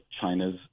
China's